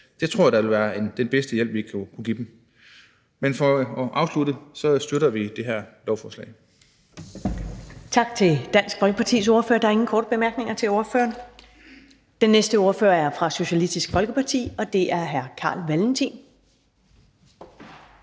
Det tror jeg da ville være den bedste hjælp, vi kunne give dem. Men for at afslutte: Vi støtter det her lovforslag.